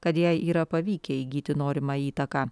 kad jai yra pavykę įgyti norimą įtaką